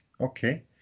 Okay